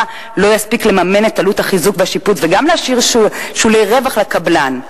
לא יספיק לממן את עלות החיזוק והשיפוץ וגם להשאיר שולי רווח לקבלן.